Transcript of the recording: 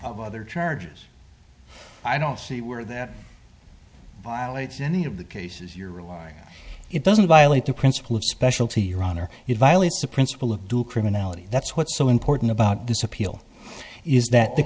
other charges i don't see where that violates any of the cases you're relying on it doesn't violate the principle of specialty your honor you violate the principle of criminality that's what's so important about this appeal is that the